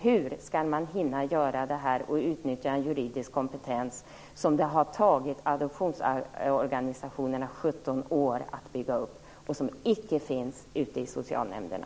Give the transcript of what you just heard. Hur skall de hinna göra detta, och utveckla en juridisk kompetens som det har tagit adoptionsorganisationerna 17 år att bygga upp och som icke finns i socialnämnderna?